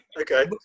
Okay